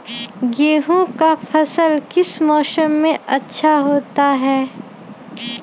गेंहू का फसल किस मौसम में अच्छा होता है?